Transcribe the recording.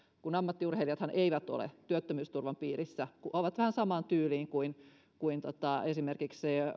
ammattiurheilijathan eivät ole työttömyysturvan piirissä ovat vähän samaan tyyliin kuin kuin esimerkiksi